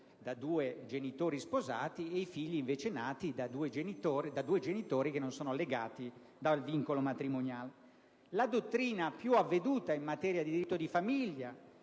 da due genitori sposati, e i figli nati invece da due genitori che non sono legati dal vincolo matrimoniale. La dottrina più avveduta in materia di diritto di famiglia